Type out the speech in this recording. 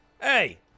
hey